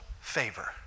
favor